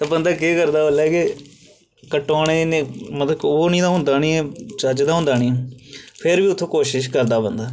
ते बंदा केह् करदा उल्लै के चज्ज दा होंदा नी ऐ फिर बी उत्थूं कोशिश करदा बंदा